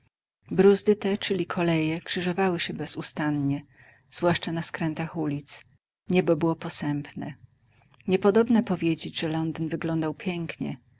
te czyli koleje krzyżowały się bezustannie zwłaszcza na skrętach ulic niebo było posępne niepodobna powiedzieć że londyn wyglądał pięknie